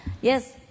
Yes